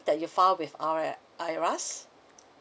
that you file with I_R IRAS